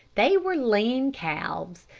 they were lean calves,